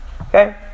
okay